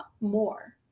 more